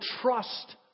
trust